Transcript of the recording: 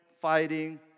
fighting